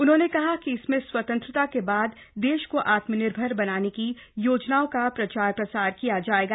उन्होंने कहा कि इसमें स्वतंत्रता के बाद देश को आत्मनिर्भर बनाने की योजनाओं का प्रचार प्रसार किया जाएगा